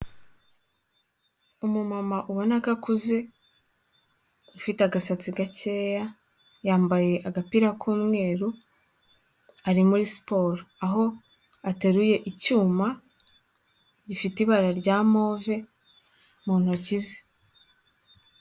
Umumama ubona ko akuze ufite agasatsi gakeya, yambaye agapira k'umweru ari muri siporo, aho ateruye icyuma gifite ibara rya move mu ntoki ze.